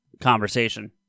conversation